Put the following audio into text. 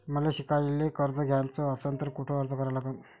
मले शिकायले कर्ज घ्याच असन तर कुठ अर्ज करा लागन?